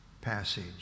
passage